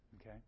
okay